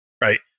right